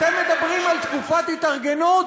אתם מדברים על תקופת התארגנות?